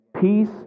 Peace